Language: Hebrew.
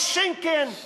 איש שינקין,